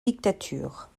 dictature